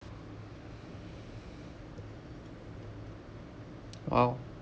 !wow!